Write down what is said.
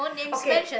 okay